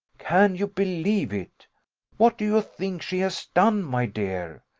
can you believe it what do you think she has done, my dear?